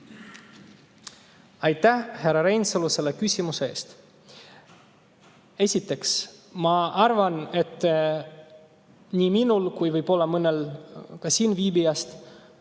Aitäh, härra Reinsalu, selle küsimuse eest! Esiteks, ma arvan, et nii minul kui võib-olla mõnel ka siinviibijaist